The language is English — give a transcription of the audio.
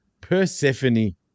Persephone